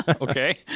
Okay